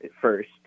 first